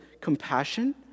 compassion